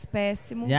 péssimo